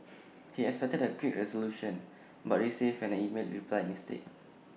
he expected A quick resolution but received an email reply instead